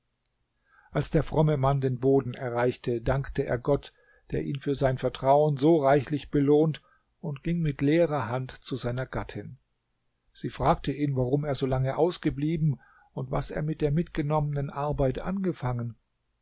als der fromme mann den boden erreichte dankte er gott der ihn für sein vertrauen so reichlich belohnt und ging mit leerer hand zu seiner gattin sie fragte ihn warum er so lange ausgeblieben und was er mit der mitgenommenen arbeit angefangen